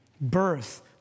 birth